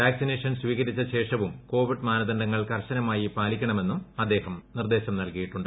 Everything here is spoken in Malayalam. വാക്സിനേഷൻ സ്വീകരിച്ച ശേഷവും കോവിഡ് മാനദണ്ഡങ്ങൾ കർശനമായി പാലിക്കണമെന്നും നിർദ്ദേശം നൽകിയിട്ടുണ്ട്